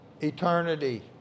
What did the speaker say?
eternity